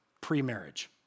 pre-marriage